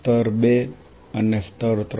સ્તર 2 અને સ્તર 3